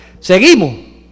Seguimos